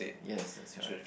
yes that's right